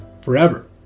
forever